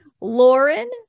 Lauren